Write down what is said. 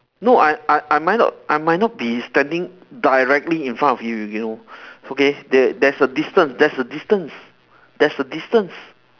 no I I I might not be I might not be standing directly in front of you you know okay there there's a distance there's a distance there's a distance